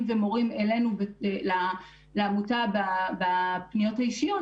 ומורים אלינו לעמותה בפניות האישיות,